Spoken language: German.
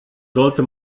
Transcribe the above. sollte